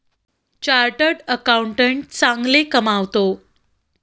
chartered accountant चांगले कमावतो